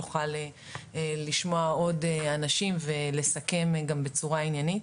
תוכל לשמוע עוד אנשים ולסכם גם בצורה עניינית.